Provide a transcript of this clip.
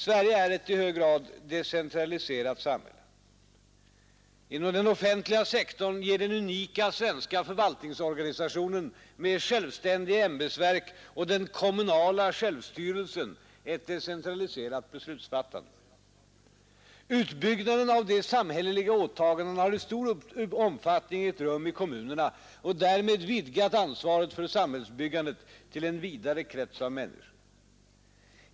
Sverige är ett i hög grad decentraliserat samhälle. Inom den offentliga sektorn ger den unika svenska förvaltningsorganisationen med självständiga ämbetsverk och den kommunala självstyrelsen ett decentraliserat beslutsfattande. Utbyggnaden av de samhälleliga åtagandena har i stor omfattning ägt rum i kommunerna och därmed vidgat ansvaret för samhällsbyggandet till en vidare krets av människor.